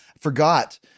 forgot